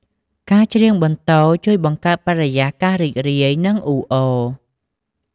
ការច្រៀងបន្ទរជួយបង្កើតបរិយាកាសរីករាយ និងអ៊ូអរ។